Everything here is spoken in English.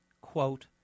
quote